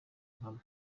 impamo